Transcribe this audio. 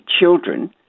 children